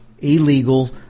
illegal